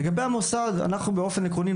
לגבי המוסד: באופן עקרוני,